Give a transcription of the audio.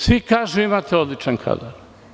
Svi kažu imate odličan kadar.